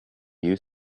you